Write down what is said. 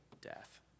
death